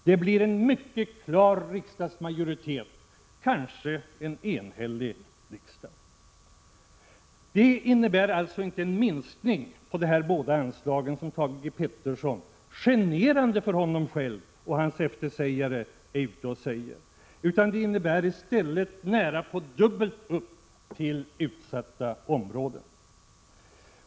Det blir en mycket klar riksdagsmajoritet, kanske en enhällig riksdag. Det innebär således inte en minskning av dessa båda anslag som Thage G. Peterson, generande för honom själv och hans eftersägare, är ute och säger. Det innebär i stället nära dubbelt upp för utsatta områden.